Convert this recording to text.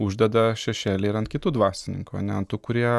uždeda šešėlį ir ant kitų dvasininkų ane ant tų kurie